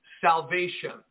salvation